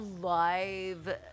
live